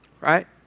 Right